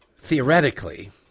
Theoretically